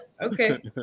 Okay